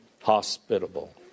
hospitable